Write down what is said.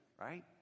right